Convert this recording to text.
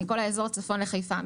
מכל אזור הצפון לחיפה,